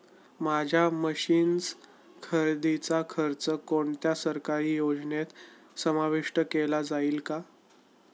माझ्या मशीन्स खरेदीचा खर्च कोणत्या सरकारी योजनेत समाविष्ट केला जाईल का?